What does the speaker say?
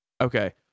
okay